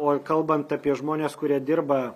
o kalbant apie žmones kurie dirba